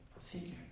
figure